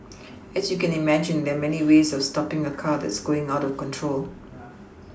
as you can imagine there are many ways of stopPing a car that's going out of control